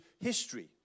history